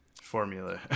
Formula